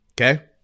Okay